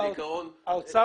כבר שנתיים האוצר